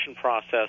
process